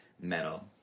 metal